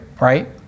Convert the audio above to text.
right